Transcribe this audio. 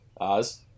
Oz